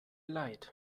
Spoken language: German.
leid